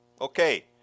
Okay